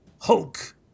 Hulk